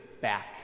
back